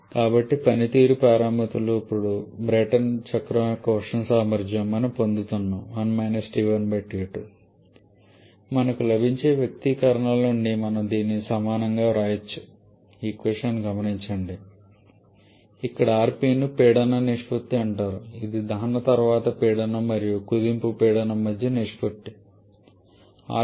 కాబట్టి పనితీరు పారామితులు ఇప్పుడు బ్రైటన్ చక్రం యొక్క ఉష్ణ సామర్థ్యం మనము పొందుతున్నాము మరియు మనకు లభించిన వ్యక్తీకరణల నుండి మనం దీనికి సమానంగా వ్రాయవచ్చు ఇక్కడ rp ను పీడన నిష్పత్తి అంటారు ఇది దహన తర్వాత పీడనం మరియు కుదింపుకు ముందు పీడనం మధ్య నిష్పత్తి